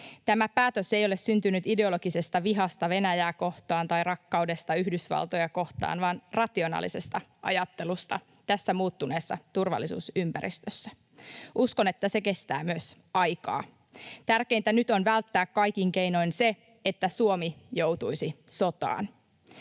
Tämä päätös ei ole syntynyt ideologisesta vihasta Venäjää kohtaan tai rakkaudesta Yhdysvaltoja kohtaan, vaan rationaalisesta ajattelusta tässä muuttuneessa turvallisuusympäristössä. Uskon, että se kestää myös aikaa. Tärkeintä nyt on välttää kaikin keinoin se, että Suomi joutuisi sotaan.